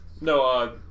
No